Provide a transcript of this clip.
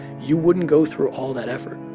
you wouldn't go through all that effort